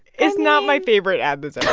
it's not my favorite ad that's ever